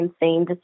insane